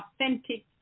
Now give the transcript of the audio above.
authentic